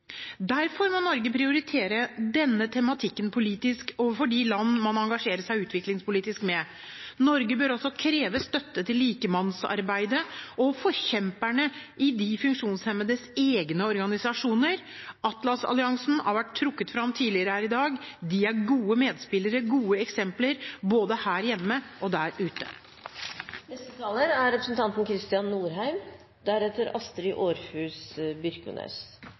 Derfor må Norge prioritere denne tematikken politisk overfor de land man engasjerer seg utviklingspolitisk med. Norge bør også kreve støtte til likemannsarbeidet og forkjemperne i de funksjonshemmedes egne organisasjoner. Atlas-alliansen har vært trukket fram tidligere her i dag. De er gode medspillere og gode eksempler, både her hjemme og der ute. Fremskrittspartiet er